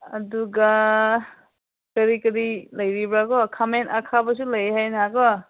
ꯑꯗꯨꯒ ꯀꯔꯤ ꯀꯔꯤ ꯂꯩꯔꯤꯕ꯭ꯔꯥ ꯀꯣ ꯈꯥꯃꯦꯟ ꯑꯈꯥꯕꯁꯨ ꯂꯩ ꯍꯥꯏꯅ ꯀꯣ